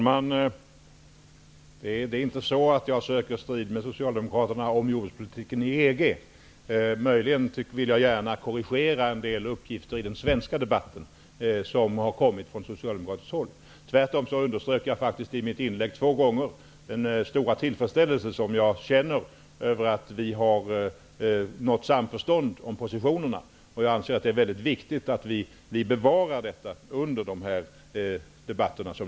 Herr talman! Jag söker inte strid med socialdemokraterna om jordbrukspolitiken i EG. Jag vill möjligen korrigera en del uppgifter från socialdemokratiskt håll i den svenska debatten. Jag underströk tvärtom två gånger i mitt inlägg den stora tillfredsställelse som jag känner över att vi har nått samförstånd om positionerna. Jag anser att det är mycket viktigt att vi bevarar detta under kommande debatter.